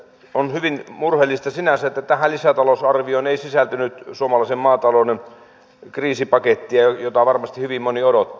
on hyvin murheellista sinänsä että tähän lisätalousarvioon ei sisältynyt suomalaisen maatalouden kriisipakettia jota varmasti hyvin moni odotti